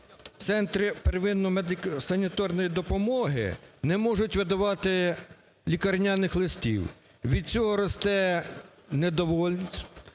центри первинно медико-санітарної допомоги не можуть видавати лікарняних листів, від цього росте незадоволення